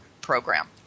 program